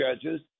judges